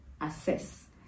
assess